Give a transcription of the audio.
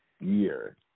year